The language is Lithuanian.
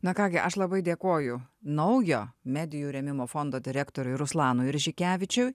na ką gi aš labai dėkoju naujo medijų rėmimo fondo direktoriui ruslanui rižikevičiui